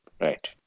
Right